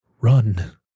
run